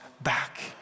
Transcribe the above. back